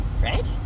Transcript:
right